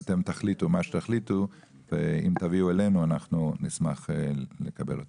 אתם תחליטו מה שתחליטו ואם תביאו אלינו אנחנו נשמח לקבל תודה.